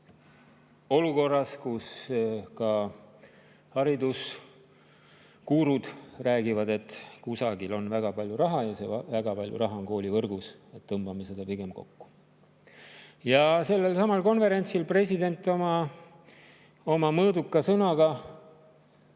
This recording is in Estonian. Seda olukorras, kus ka haridusgurud räägivad, et kusagil on väga palju raha ja see väga palju raha on koolivõrgus, et tõmbame seda pigem kokku. Sellelsamal konverentsil jäi president oma mõõduka sõnaga